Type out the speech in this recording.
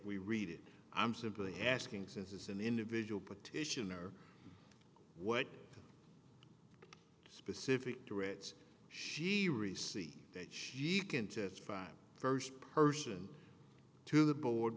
we read it i'm simply asking since it's an individual petition or what specific tourettes she received that she can testify i'm the first person to the board